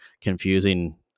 confusing